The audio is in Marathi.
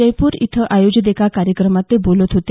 जयपूर इथं आयोजित एका कार्यक्रमात ते बोलत होते